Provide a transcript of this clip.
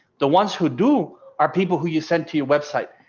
the ones who do are people who you send to your website,